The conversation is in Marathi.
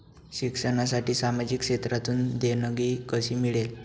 शिक्षणासाठी सामाजिक क्षेत्रातून देणगी कशी मिळेल?